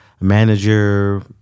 manager